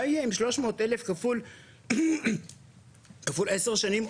מה יהיה עם שלוש מאות אלף כפול עשר שנים?